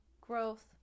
growth